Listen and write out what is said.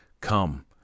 come